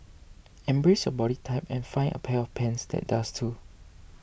embrace your body type and find a pair of pants that does too